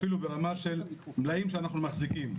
אפילו ברמה של מלאים שאנחנו מחזיקים,